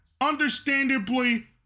understandably